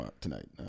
tonight